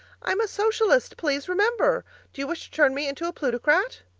i'm a socialist, please remember do you wish to turn me into a plutocrat?